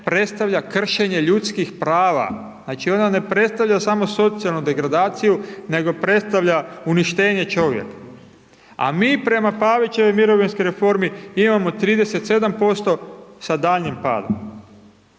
predstavlja kršenje ljudskih prava, znači, ona ne predstavlja samo socijalnu degradaciju, nego predstavlja uništenje čovjeka. A mi prema Pavićevoj mirovinskoj reformi imamo 37% sa daljnjim padom,